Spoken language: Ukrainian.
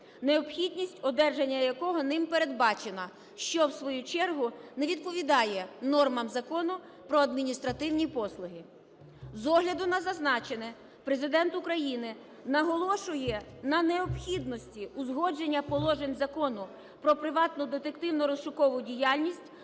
необхідність одержання якого ним передбачена, що в свою чергу не відповідає нормам Закону "Про адміністративні послуги". З огляду на зазначене, Президент України наголошує на необхідності узгодження положень Закону "Про приватну детективну (розшукову) діяльність"